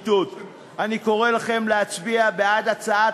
הכנסת, הצעת